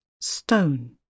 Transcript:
stone